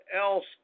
else